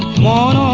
lot